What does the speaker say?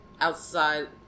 outside